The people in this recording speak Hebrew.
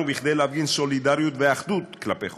כדי להפגין סולידריות ואחדות כלפי חוץ.